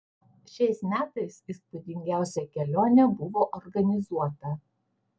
šiais metais įspūdingiausia kelionė buvo organizuota